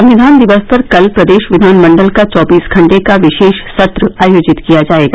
संविधान दिवस पर कल प्रदेश विधानमण्डल का चौबीस घंटे का विशेष सत्र आयोजित किया जायेगा